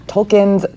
Tolkien's